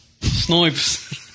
Snipes